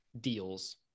deals